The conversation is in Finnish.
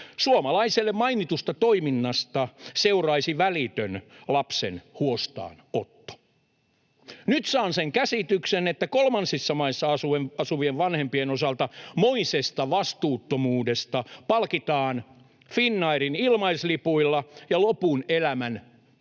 Suomalaiselle mainitusta toiminnasta seuraisi välitön lapsen huostaanotto. Nyt saan sen käsityksen, että kolmansissa maissa asuvien vanhempien osalta moisesta vastuuttomuudesta palkitaan Finnairin ilmaislipuilla ja lopun elämän